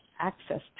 access